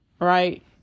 right